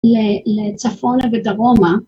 לצפונה ודרומה